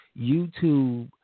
YouTube